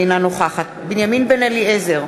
אינה נוכחת בנימין בן-אליעזר,